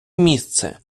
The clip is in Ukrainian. місце